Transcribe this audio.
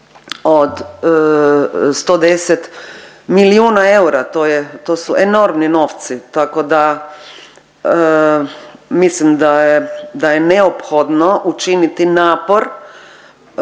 od 110 milijuna eura. To je, to su enormni novci tako da mislim da je, da je neophodno učiniti napor